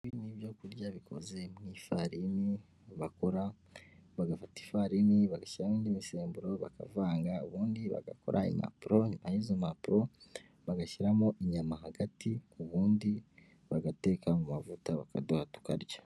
Ni ibyokurya bikoze mu ifarini bakora bagafata ifarini bagashyimo indi misemburo, bakavanga ubundi bagakora impapuroni, izo mpapuro bagashyiramo inyama hagati ubundi bagateka mu mavuta bakaduha tukarya.